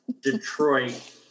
Detroit